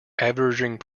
averaging